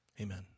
Amen